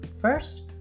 first